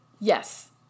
yes